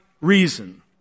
reason